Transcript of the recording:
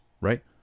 right